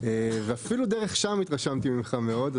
ואפילו דרך המסכים התרשמתי ממך מאוד.